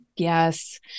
Yes